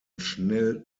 schnell